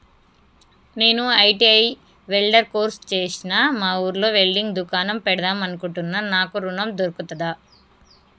నేను ITI welder course చేశ్న మా ఊర్లో వెల్డింగ్ దుకాన్ పెడదాం అనుకుంటున్నా నాకు ఋణం దొర్కుతదా?